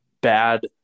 bad